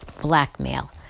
Blackmail